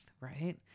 right